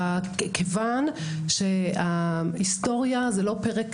כיוון שההיסטוריה זה לא פרק,